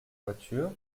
voiture